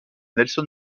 nelson